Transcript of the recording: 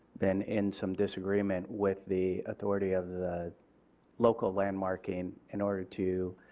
been in some disagreement with the authority of the local landmarking in order to